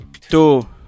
Two